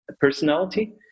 personality